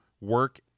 work